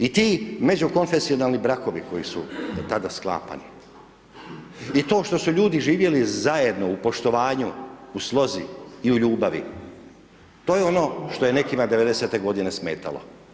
I ti međukonfesionalni brakovi koji su tada sklapani je to što su ljudi živjeli zajedno u poštovanju, u slozi i u ljubavi, to je ono što je nekima 90-te godine smetalo.